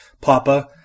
Papa